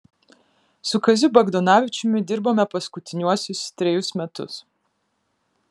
su kaziu bagdonavičiumi dirbome paskutiniuosius trejus metus